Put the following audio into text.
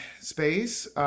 space